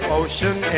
ocean